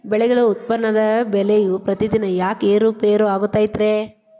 ಬೆಳೆಗಳ ಉತ್ಪನ್ನದ ಬೆಲೆಯು ಪ್ರತಿದಿನ ಯಾಕ ಏರು ಪೇರು ಆಗುತ್ತೈತರೇ?